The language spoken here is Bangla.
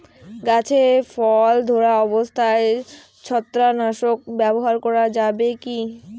গাছে ফল ধরা অবস্থায় ছত্রাকনাশক ব্যবহার করা যাবে কী?